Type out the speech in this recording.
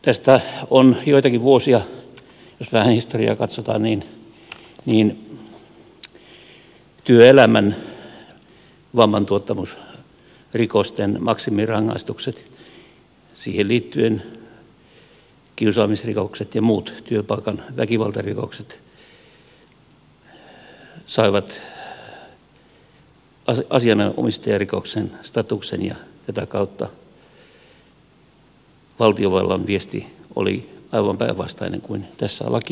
tästä on joitakin vuosia jos vähän historiaa katsotaan kun työelämän vammantuottamusrikosten maksimirangaistukset siihen liittyen kiusaamisrikokset ja muut työpaikan väkivaltarikokset saivat asianomistajarikoksen statuksen ja tätä kautta valtiovallan viesti oli aivan päinvastainen kuin tässä lakialoitteessa